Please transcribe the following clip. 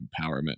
Empowerment